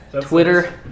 Twitter